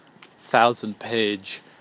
thousand-page